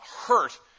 hurt